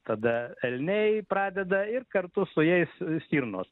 tada elniai pradeda ir kartu su jais stirnos